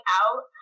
out